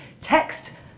text